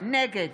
נגד